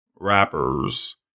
rappers